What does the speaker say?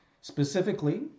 specifically